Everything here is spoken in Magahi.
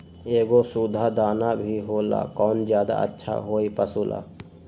एगो सुधा दाना भी होला कौन ज्यादा अच्छा होई पशु ला?